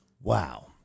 Wow